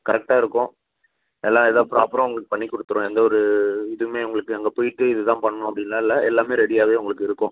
கரெக்டாக இருக்கும் எல்லாம் இதாக ப்ராப்பராக உங்களுக்கு பண்ணிக் கொடுத்துருவேன் எந்த ஒரு இதுவுமே உங்களுக்கு அங்கே போயிட்டு இது தான் பண்ணும் அப்படின்லாம் இல்லை எல்லாமே ரெடியாகவே உங்களுக்கு இருக்கும்